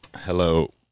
hello